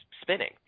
spinning